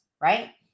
right